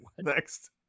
Next